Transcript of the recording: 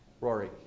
Rory